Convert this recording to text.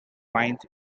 mines